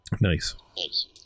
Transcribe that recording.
Nice